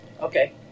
Okay